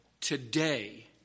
today